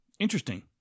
Interesting